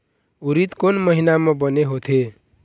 उरीद कोन महीना म बने होथे?